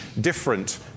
different